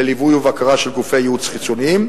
לליווי ובקרה של גופי ייעוץ חיצוניים.